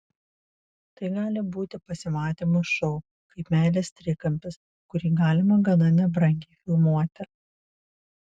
tai gali būti pasimatymų šou kaip meilės trikampis kurį galima gana nebrangiai filmuoti